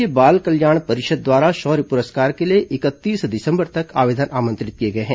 राज्य बाल कल्याण परिषद द्वारा शौर्य पुरस्कार के लिए इकतीस दिसंबर तक आवेदन आमंत्रित किए गए हैं